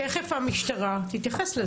תיכף המשטרה תתייחס לזה.